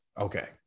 Okay